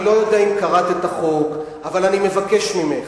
אני לא יודע אם קראת את החוק אבל אני מבקש ממך,